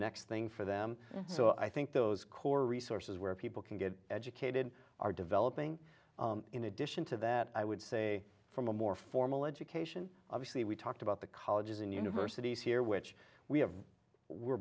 next thing for them so i think those core resources where people can get educated are developing in addition to that i would say from a more formal education obviously we talked about the colleges and universities here which we have we're